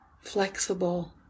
flexible